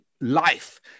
life